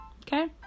Okay